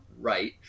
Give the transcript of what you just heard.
right